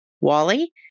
Wally